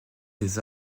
les